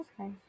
Okay